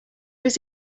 was